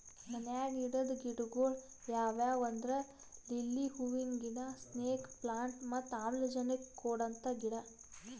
ಮನ್ಯಾಗ್ ಇಡದ್ ಗಿಡಗೊಳ್ ಯಾವ್ಯಾವ್ ಅಂದ್ರ ಲಿಲ್ಲಿ ಹೂವಿನ ಗಿಡ, ಸ್ನೇಕ್ ಪ್ಲಾಂಟ್ ಮತ್ತ್ ಆಮ್ಲಜನಕ್ ಕೊಡಂತ ಗಿಡ